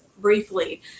briefly